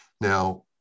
Now